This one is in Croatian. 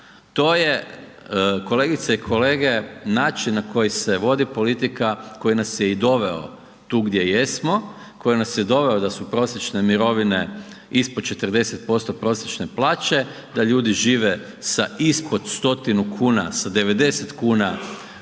to je kolegice i kolege način na koji se vodi politika koji nas je i doveo tu gdje jesmo, koji nas je doveo da su prosječne mirovine ispod 40% prosječne plaće, da ljudi žive sa ispod 100-tinu kuna, sa 90,00